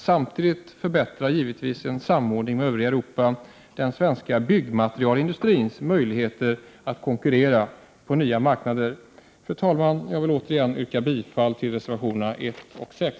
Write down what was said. Samtidigt förbättrar givetvis en samordning med övriga Europa den svenska byggmaterialindustrins möjligheter att konkurrera på nya marknader. Fru talman! Jag yrkar återigen bifall till reservationerna 1 och 6.